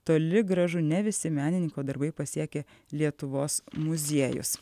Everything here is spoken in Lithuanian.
toli gražu ne visi menininko darbai pasiekė lietuvos muziejus